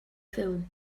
ffilm